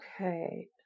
Okay